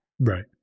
right